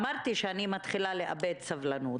ואמרתי שאני מתחילה לאבד סבלנות,